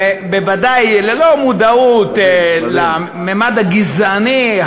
ובוודאי ללא מודעות לממד הגזעני,